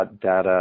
data